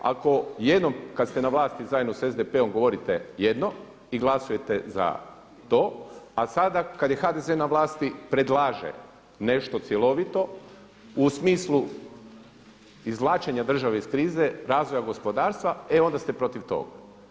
Ako jednom kad ste na vlasti zajedno sa SDP-om govorite jedno i glasujete za to, a sada kad je HDZ na vlasti predlaže nešto cjelovito u smislu izvlačenja države iz krize, razvoja gospodarstva, e onda ste protiv toga.